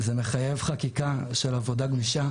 זה מחייב חקיקה שתעגן עבודה גמישה